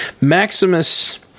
Maximus